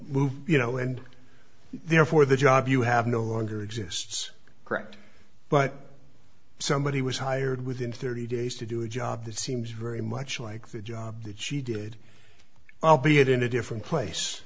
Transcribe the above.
moved you know and therefore the job you have no longer exists correct but somebody was hired within thirty days to do a job that seems very much like the job that she did albeit in a different place